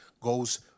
goes